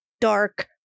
dark